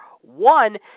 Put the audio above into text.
One